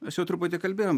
mes jau truputį kalbėjom